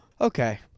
Okay